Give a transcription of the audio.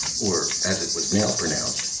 or, as it was now pronounced,